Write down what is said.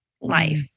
life